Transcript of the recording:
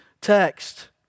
text